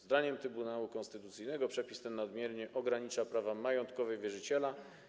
Zdaniem Trybunału Konstytucyjnego przepis ten nadmiernie ogranicza prawa majątkowe wierzyciela.